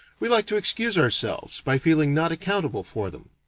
we like to excuse ourselves by feeling not accountable for them.